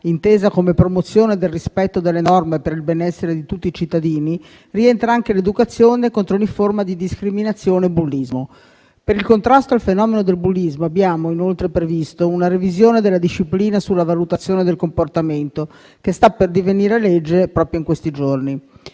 intesa come promozione del rispetto delle norme per il benessere di tutti i cittadini, rientra anche l'educazione contro ogni forma di discriminazione e bullismo. Per il contrasto al fenomeno del bullismo abbiamo, inoltre, previsto una revisione della disciplina sulla valutazione del comportamento che sta per divenire legge proprio in questi giorni.